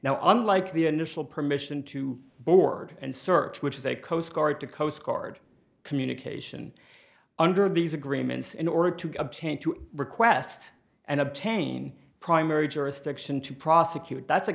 now unlike the initial permission to board and search which is a coast guard to coast guard communication under these agreements in order to obtain to request and obtain primary jurisdiction to prosecute that's a